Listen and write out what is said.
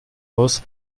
aus